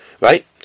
right